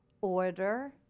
Order